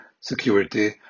security